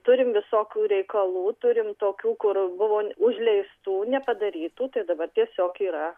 turim visokių reikalų turim tokių kur buvo užleistų nepadarytų tai dabar tiesiog yra